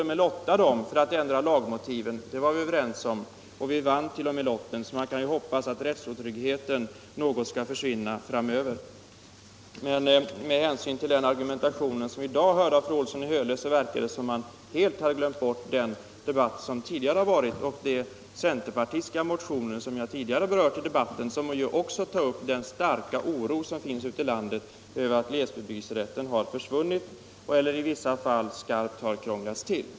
Det blev lottning om förslaget att ändra lagmotiven, och vi vann lottningen, så man kan ju hoppas att rättsotryggheten skall försvinna framöver. Men av fru Olssons argumentation i dag verkar det som om hon helt hade glömt bort den debatt som förts tidigare och de centerpartistiska motioner som jag berört i debatten, vilka ju också tar upp den starka oro som finns ute i landet över att glesbebyggelserätten har försvunnit eller i vissa fall krånglats till.